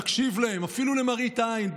תקשיב להם אפילו למראית עין,